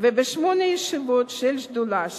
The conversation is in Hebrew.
ובשמונה ישיבות של השדולה שלי,